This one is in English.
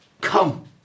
come